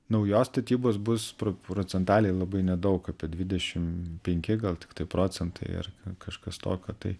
naujos statybos bus pro procentaliai labai nedaug apie dvidešim penki gal tiktai procentai ir kažkas tokio tai